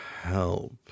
help